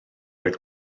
oedd